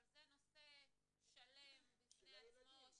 אבל זה נושא שלם בפני עצמו --- של הילדים,